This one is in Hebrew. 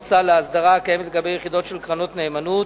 סל להסדרה הקיימת לגבי יחידות של קרנות נאמנות.